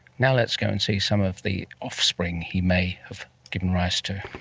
now let's go and see some of the offspring he may have given rise to.